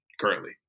currently